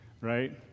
right